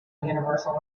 universal